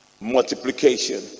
multiplication